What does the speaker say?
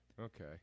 Okay